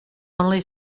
only